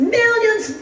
millions